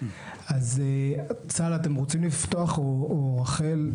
אז צה"ל אתם רוצים לפתוח או רחל?